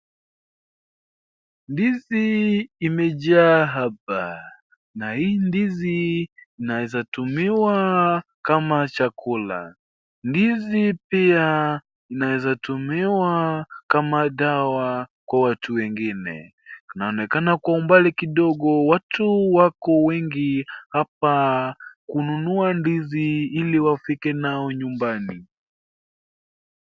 Ndizi imejaa hapa na hii ndizi inaezatumiwa kama chakula. Ndizi pia inaezatumiwa kama dawa kwa watu wengine. Inaonekana kwa umbali kidogo watu wako wengi hapa kununua ndizi ili wafike nao nyumbani.